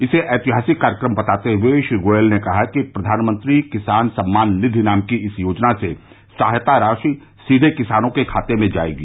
इसे ऐतिहासिक कार्यक्रम बताते हुए श्री गोयल ने कहा कि प्रधानमंत्री किसान सम्मान निधि नाम की इस योजना से सहायता राशि सीधे किसानों के खाते में जाएगी